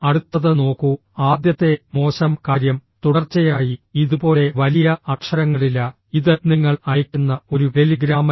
അടുത്തത് നോക്കൂ ആദ്യത്തെ മോശം കാര്യം തുടർച്ചയായി ഇതുപോലെ വലിയ അക്ഷരങ്ങളില്ല ഇത് നിങ്ങൾ അയയ്ക്കുന്ന ഒരു ടെലിഗ്രാമല്ല